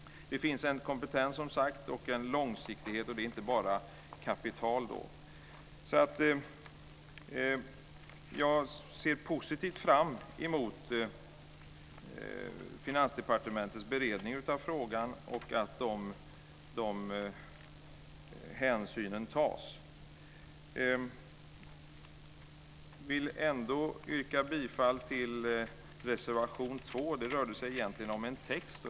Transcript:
Det finns en kompetens, som sagt, och en långsiktighet. Det är inte bara kapital. Jag ser fram emot Finansdepartementets beredning av frågan och att de hänsynen tas. Jag vill ändå yrka bifall till reservation 2. Det rörde sig egentligen om en text.